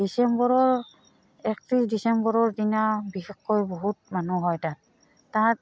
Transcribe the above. ডিচেম্বৰৰ একত্ৰিছ ডিচেম্বৰৰ দিনা বিশেষকৈ বহুত মানুহ হয় তাত তাত